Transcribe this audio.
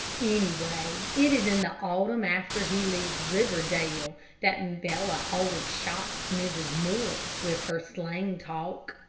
anyway, it is in the autumn after he leaves riverdale that bella always shocks mrs. morris with her slang talk.